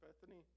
Bethany